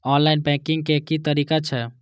Online banking के की तरीका छै?